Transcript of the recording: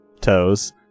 toes